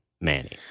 Manny